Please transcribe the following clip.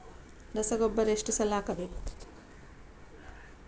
ರಸಗೊಬ್ಬರ ಎಷ್ಟು ಸಲ ಹಾಕಬೇಕು?